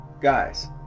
Guys